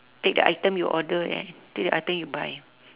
take the item you order there take the item you buy